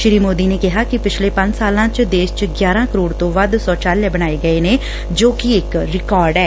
ਸ੍ਰੀ ਮੋਦੀ ਨੇ ਕਿਹਾ ਕਿ ਪਿਛਲੇ ਪੰਜਾ ਸਾਲਾਂ ਚ ਦੇਸ਼ ਚ ਗਿਆਰਾਂ ਕਰੋੜ ਤੋਂ ਵੱਧ ਸ਼ੋਚਾਲਿਆ ਬਣਾਏ ਗਏ ਨੇ ਜੋ ਕਿ ਇਕ ਰਿਕਾਰਡ ਐ